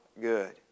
good